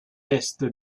est